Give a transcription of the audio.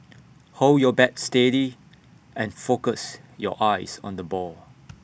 hold your bat steady and focus your eyes on the ball